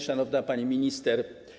Szanowna Pani Minister!